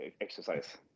exercise